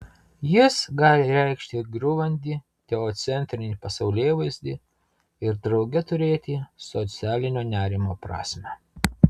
jis gali reikšti ir griūvantį teocentrinį pasaulėvaizdį ir drauge turėti socialinio nerimo prasmę